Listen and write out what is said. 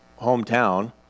hometown